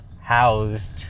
housed